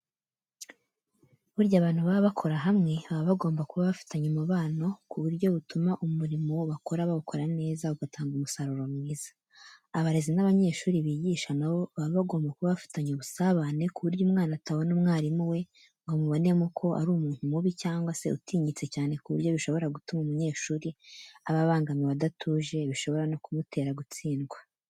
Burya abantu baba bakora hamwe baba bagomba kuba bafitanye umubano ku buryo butuma umurimo bakora bawukora neza ugatanga umusaruro mwiza. Abarezi n'abanyeshuri bigisha na bo baba bagomba kuba bafitanye ubusabane ku buryo umwana atabona umwarimu we ngo amubonemo ko ari umuntu mubi cyangwa se utinyitse cyane ku buryo bishobora gutuma umunyeshuri aba abangamiwe adatuje bishobora no kumutera gutsindwa.